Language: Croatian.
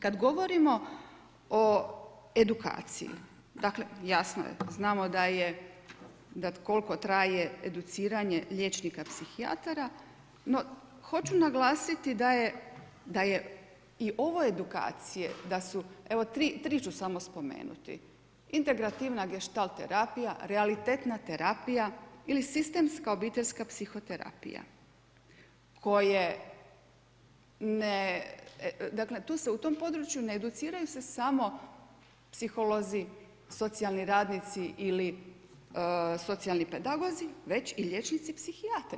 Kad govorimo o edukaciji, dakle jasno je, znamo da je, da koliko traje educiranje liječnika psihijatara, no hoću naglasiti da je i ove edukacije da su, evo tri ću samo spomenuti integrativna gestalt terapija, realitetna terapija ili sistemska obiteljska psiho terapija koje ne, dakle u tom području ne educiraju se samo psiholozi, socijalni radnici ili socijalni pedagozi već i liječnici psihijatri.